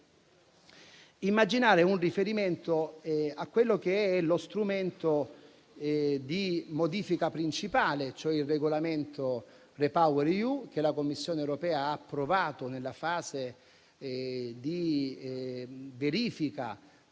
immaginare un riferimento allo strumento di modifica principale, cioè il regolamento Repower EU, che la Commissione europea ha approvato nella fase di verifica